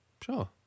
Sure